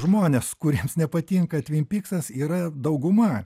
žmonės kuriems nepatinka tvimpyksas yra dauguma